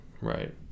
right